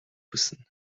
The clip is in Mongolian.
хүснэ